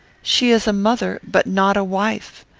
she is a mother, but not a wife.